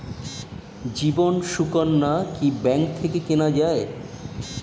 জীবন সুকন্যা কি ব্যাংক থেকে কেনা যায়?